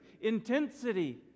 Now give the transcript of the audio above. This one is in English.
intensity